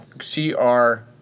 C-R